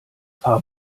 fahr